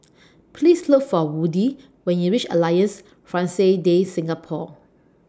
Please Look For Woody when YOU REACH Alliance Francaise De Singapour